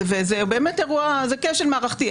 וזה כשל מערכתי,